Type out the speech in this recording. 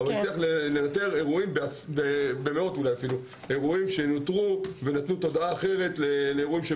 הוא הצליח לנטר מאות אירועים שנתנו תודעה אחרת לאירועים.